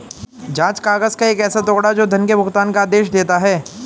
जाँच काग़ज़ का एक ऐसा टुकड़ा, जो धन के भुगतान का आदेश देता है